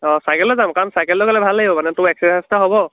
অঁ চাইকেল লৈ যাম কাৰণ চাইকেল লৈ গ'লে ভাল লাগিব মানে তোৰ একসেচাইজ এটাও হ'ব